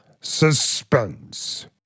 Suspense